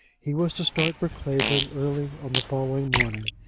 he was to start for clavering early on the following morning,